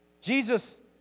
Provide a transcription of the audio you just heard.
Jesus